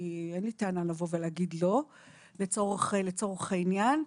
כי אין לי טענה לבוא ולהגיד לא צורך העניין.